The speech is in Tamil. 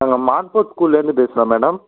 நாங்கள் மான்ட்ஃபோர்ட் ஸ்கூல்லேருந்து பேசுகிறோம் மேடம்